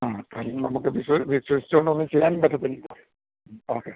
ആ അതിൽ നമുക്ക് വിശ്വസിച്ചുകൊണ്ടൊന്നും ചെയ്യാനും പറ്റത്തില്ല മ് ഓക്കെ